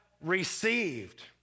received